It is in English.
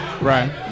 Right